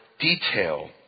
detail